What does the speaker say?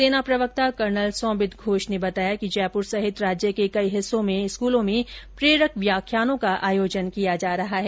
सेना प्रवक्ता कर्नल सोंबित घोष ने बताया कि जयपुर सहित राज्य के कई हिस्सों में स्कूलों में प्रेरक व्याख्यानों का आयोजन किया जा रहा है